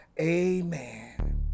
Amen